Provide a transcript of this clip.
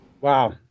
Wow